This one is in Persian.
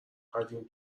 قدیم